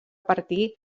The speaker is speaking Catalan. partir